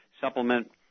supplement